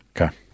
Okay